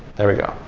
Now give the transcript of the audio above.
there we go.